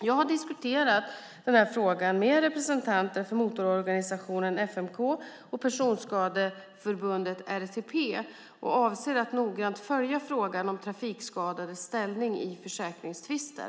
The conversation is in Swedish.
Jag har diskuterat frågan med representanter för motororganisationen FMK och Personskadeförbundet RTP och avser att noggrant följa frågan om trafikskadades ställning i försäkringstvister.